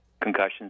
concussions